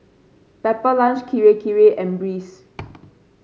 Pepper Lunch Kirei Kirei and Breeze